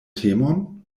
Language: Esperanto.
temon